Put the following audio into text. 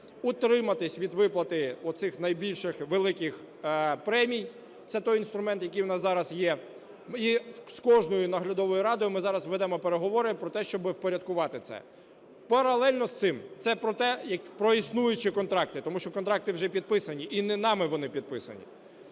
утриматись від виплати оцих найбільших великих премій, це той інструмент, який у нас зараз є, і з кожною наглядовою радою ми зараз ведемо переговори про те, щоби впорядкувати це. Паралельно з цим, це про те, про існуючі контракти, тому що контракти вже підписані, і не нами вони підписані,